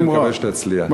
אני מקווה שתצליח.